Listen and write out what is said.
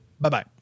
Bye-bye